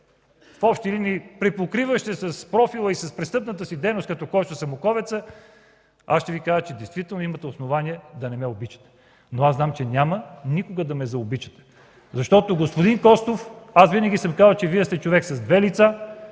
в общи линии, препокриващ се с профила и с престъпната си дейност с Косьо Самоковеца, аз ще Ви кажа, че действително имате основание да не ме обичате? Но аз знам, че няма никога да ме заобичате, защото, господин Костов, аз винаги съм казвал, че Вие сте човек с две лица.